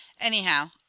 anyhow